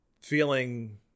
feeling